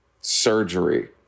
surgery